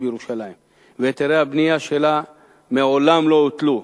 בירושלים והיתרי הבנייה שלה מעולם לא הותלו.